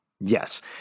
yes